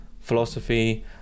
philosophy